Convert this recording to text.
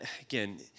again